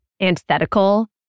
antithetical